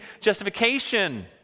justification